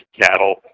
cattle